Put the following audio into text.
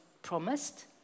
promised